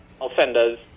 offenders